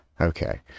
Okay